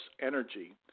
energy